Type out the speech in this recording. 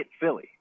Philly